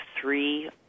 three